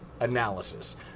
analysis